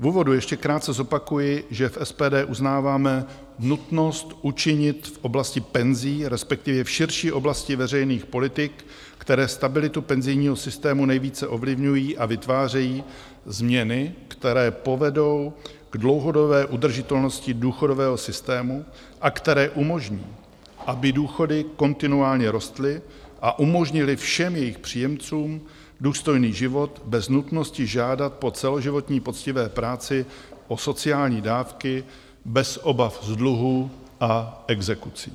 V úvodu ještě krátce zopakuji, že v SPD uznáváme nutnost učinit v oblasti penzí, respektive v širší oblasti veřejných politik, které stabilitu penzijního systému nejvíce ovlivňují a vytvářejí, změny, které povedou k dlouhodobé udržitelnosti důchodového systému a které umožní, aby důchody kontinuálně rostly a umožnily všem jejich příjemcům důstojný život bez nutnosti žádat po celoživotní poctivé práci o sociální dávky bez obav z dluhů a exekucí.